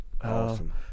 Awesome